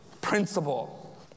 principle